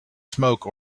smoke